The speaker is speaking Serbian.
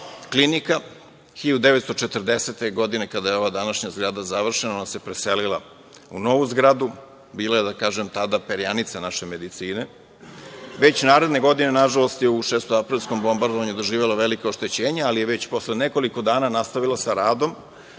klinika. Godine 1940, kada je ova današnja zgrada završena, ona se preselila u novu zgradu. Bila je tada perjanica naše medicine. Već naredne godine, nažalost, u šestoaprilskom bombardovanju doživela je velika oštećenja, ali je već posle nekoliko dana nastavila sa radom